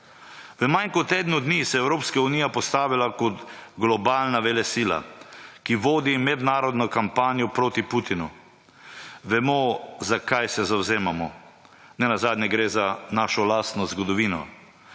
V manj kot tednu dni se je Evropska unija postavila kot globalna velesila, ki vodi mednarodno kampanjo proti Putinu. Vemo zakaj se zavzemamo. Nenazadnje gre za našo lastno zgodovino.